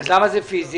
--- אז למה זה פיזי?